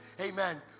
Amen